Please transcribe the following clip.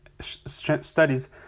studies